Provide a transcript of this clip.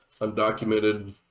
undocumented